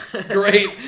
Great